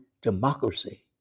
democracy